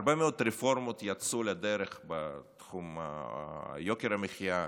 הרבה מאוד רפורמות יצאו לדרך בתחום יוקר המחיה,